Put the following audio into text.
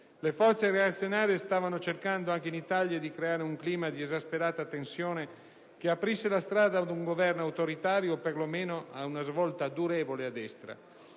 Le forze reazionarie stavano cercando anche in Italia di creare un clima di esasperata tensione che aprisse la strada ad un governo autoritario o, perlomeno, ad una svolta durevole a destra.